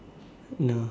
no